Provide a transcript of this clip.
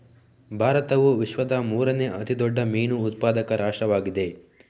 ಭಾರತವು ವಿಶ್ವದ ಮೂರನೇ ಅತಿ ದೊಡ್ಡ ಮೀನು ಉತ್ಪಾದಕ ರಾಷ್ಟ್ರವಾಗಿದೆ